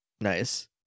Nice